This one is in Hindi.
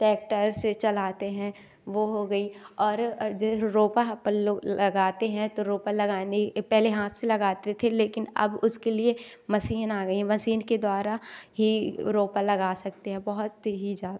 टैक्टर से चलाते हैं वह हो गई और और जो रोपा अपन लोग लगाते हैं तो रोपा लगाने पहले हाथ से लगाते थे लेकिन अब उसके लिए मसीन आ गईं हैं मसीन के द्वारा ही रोपा लगा सकते हैं बहुत ही जा